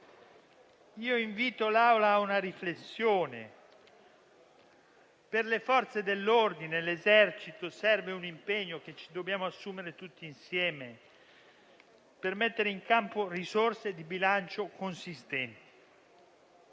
invito l'Aula a una riflessione. Per le Forze dell'ordine e l'Esercito serve un impegno che ci dobbiamo assumere tutti insieme per mettere in campo risorse di bilancio consistenti.